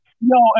No